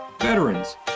veterans